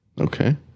Okay